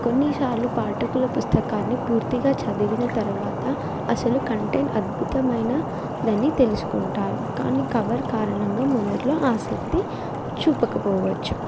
కొన్నిసార్లు పాఠకుల పుస్తకాన్ని పూర్తిగా చదివిన తర్వాత అసలు కంటెంట్ అద్భుతమైనదని తెలుసుకుంటారు కానీ కవర్ కారణంగా మొదట్లో ఆసక్తి చూపకపోవచ్చు